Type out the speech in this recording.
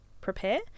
prepare